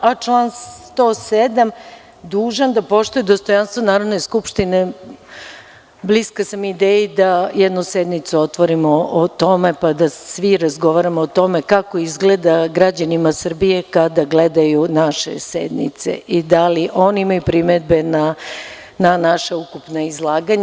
Član 107. kaže: „dužan da poštuje dostojanstvo Narodne skupštine“, bliska sam ideji da jednu sednicu otvorimo o tome pa da svi razgovaramo o tome kako izgleda građanima Srbije kada gledaju naše sednice i da li oni imaju primedbe na naše ukupno izlaganje.